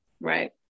right